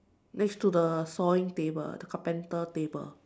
next to the sawing table the carpenter table